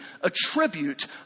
attribute